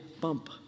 bump